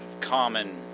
common